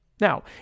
Now